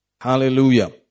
Hallelujah